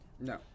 No